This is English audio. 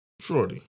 shorty